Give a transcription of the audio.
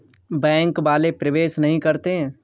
Bank वाले प्रवेश नहीं करते हैं?